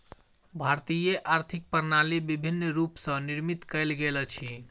भारतीय आर्थिक प्रणाली विभिन्न रूप स निर्मित कयल गेल अछि